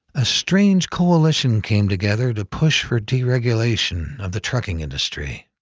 a strange coalition came together to push for deregulation of the trucking industry.